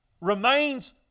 remains